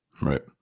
Right